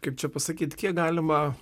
kaip čia pasakyt kiek galima